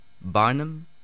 Barnum